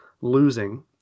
losing